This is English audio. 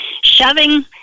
shoving